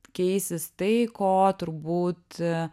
keisis tai ko turbūt